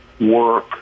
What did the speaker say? work